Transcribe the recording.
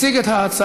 מציג את ההצעה,